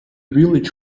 village